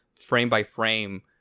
frame-by-frame